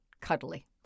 cuddly